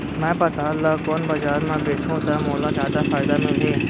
मैं पताल ल कोन बजार म बेचहुँ त मोला जादा फायदा मिलही?